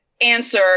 answer